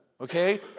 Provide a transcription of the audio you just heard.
Okay